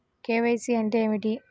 KYC అంటే ఏమిటి?